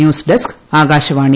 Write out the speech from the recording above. news desk Akashvani